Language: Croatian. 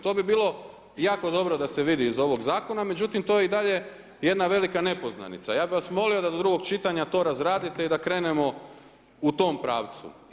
To bi bilo jako dobro da se vidi iz ovog zakona, međutim, to je i dalje jedna velika nepoznanica, ja bi vas molio da do drugog čitanja to razradite i da krenemo u tom pravcu.